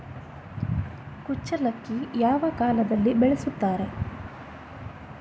ಕುಚ್ಚಲಕ್ಕಿ ಯಾವ ಕಾಲದಲ್ಲಿ ಬೆಳೆಸುತ್ತಾರೆ?